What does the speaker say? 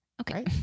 Okay